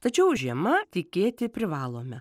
tačiau žiema tikėti privalome